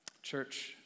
Church